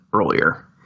earlier